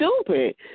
stupid